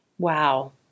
Wow